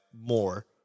more